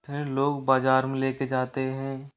फिर लोग बाज़ार में लेकर जाते हैं